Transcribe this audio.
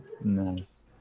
Nice